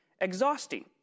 exhausting